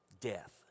Death